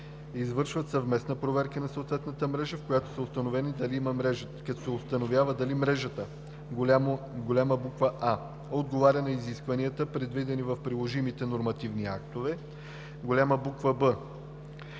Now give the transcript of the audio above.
извършват съвместна проверка на съответната мрежа, в която се установява дали мрежата: А) отговаря на изискванията, предвидени в приложимите нормативни актове; Б)